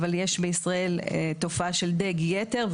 אבל יש בישראל תופעה של דיג יתר,